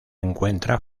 encuentra